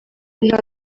nta